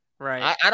Right